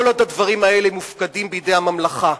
למשל, כל עוד הדברים האלה מופקדים בידי הממלכה,